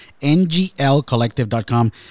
nglcollective.com